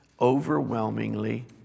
overwhelmingly